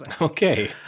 Okay